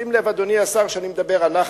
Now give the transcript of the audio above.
שים לב, אדוני השר, שאני אומר "אנחנו".